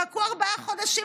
תחכו ארבעה חודשים,